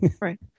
Right